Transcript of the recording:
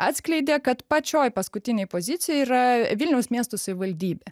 atskleidė kad pačioj paskutinėj pozicijoj yra vilniaus miesto savivaldybė